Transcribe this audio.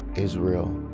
israel?